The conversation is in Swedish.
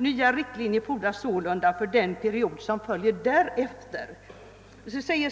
Nya riktlinjer fordras sålunda för den period som följer därefter.» Litet längre